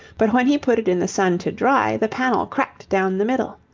but when he put it in the sun to dry, the panel cracked down the middle.